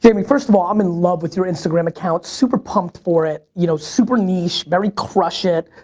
jaime, first of all i'm in love with your instagram account super pumped for it, you know super niche very crush it!